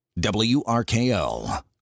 WRKL